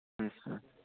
yes sir